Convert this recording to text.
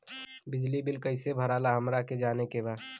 बिजली बिल कईसे भराला हमरा के जाने के बा?